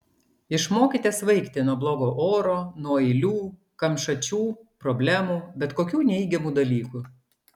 išmokite svaigti nuo blogo oro nuo eilių kamšačių problemų bet kokių neigiamų dalykų